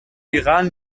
iran